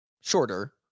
shorter